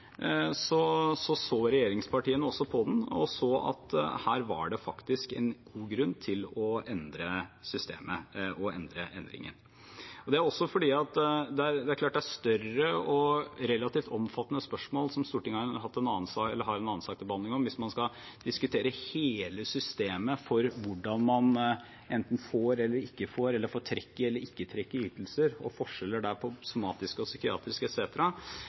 så regjeringspartiene også på den, og så at her var det faktisk en god grunn til å endre systemet og å endre endringen. Det er et større og relativt omfattende spørsmål, som Stortinget har hatt en annen sak til behandling om, hvis man skal diskutere hele systemet for hvordan man enten får eller ikke får, får trekk eller ikke trekk i ytelser, forskjeller der på somatisk og psykiatrisk,